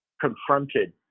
confronted